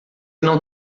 não